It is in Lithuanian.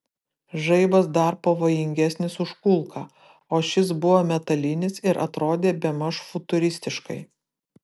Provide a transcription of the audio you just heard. žaibas dar pavojingesnis už kulką o šis buvo metalinis ir atrodė bemaž futuristiškai